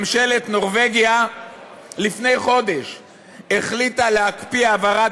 ממשלת נורבגיה לפני חודש החליטה להקפיא העברת